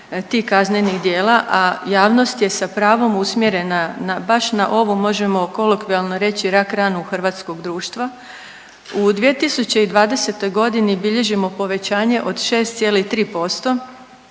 tih kaznenih djela, a javnost je sa pravom usmjerena baš na ovo možemo kolokvijalno reći rak ranu hrvatskog društva. U 2020. godini bilježimo povećanje od 6,3%